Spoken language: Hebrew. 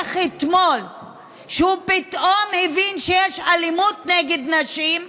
אתמול שהוא פתאום הבין שיש אלימות נגד נשים,